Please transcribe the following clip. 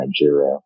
Nigeria